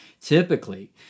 Typically